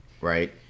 right